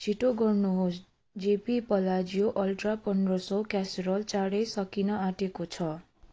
छिटो गर्नुहोस् JP Palazio ultra पन्ध्र सौ क्यासेरल चाँडै सकिन आँटेको छ